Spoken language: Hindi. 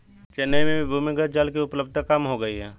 चेन्नई में भी भूमिगत जल की उपलब्धता कम हो गई है